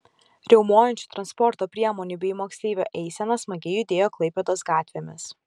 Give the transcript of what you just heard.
riaumojančių transporto priemonių bei moksleivių eisena smagiai judėjo klaipėdos gatvėmis